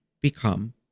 become